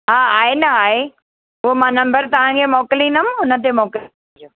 हा आहे न आहे उहो मां नंबर तव्हांखे मोकिलींदमि हुन ते मोकिलिजो